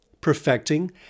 perfecting